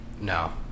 No